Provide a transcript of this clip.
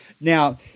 Now